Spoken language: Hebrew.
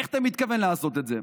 איך אתה מתכוון לעשות את זה?